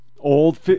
Old